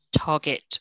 target